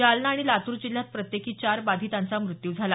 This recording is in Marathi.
जालना आणि लातूर जिल्ह्यात प्रत्येकी चार बाधितांचा मृत्यू झाला